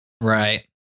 Right